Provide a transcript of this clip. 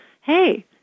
hey